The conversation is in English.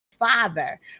father